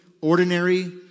ordinary